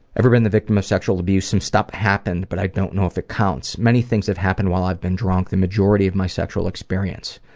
ever been the victim of sexual abuse some stuff happened but i don't know if it counts. many things have happened while i've been drunk, the majority of my sexual experience.